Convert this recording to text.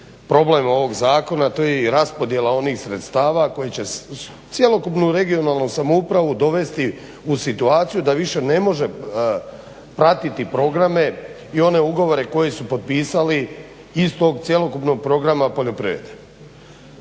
problem ovog zakona, to je i raspodjela onih sredstava koji će cjelokupnu regionalnu samoupravu dovesti u situaciju da više ne može pratiti programe i one ugovore koje su potpisali iz tog cjelokupnog poljoprivrede.